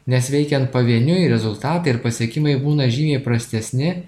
nes veikiant pavieniui rezultatai ir pasiekimai būna žymiai prastesni